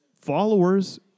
followers